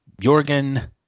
Jorgen